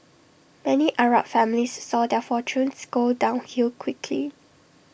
many Arab families saw their fortunes go downhill quickly